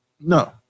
No